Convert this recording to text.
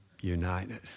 united